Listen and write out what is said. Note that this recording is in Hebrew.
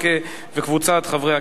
הודעה